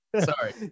Sorry